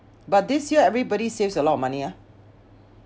but this year everybody saves a lot of money ah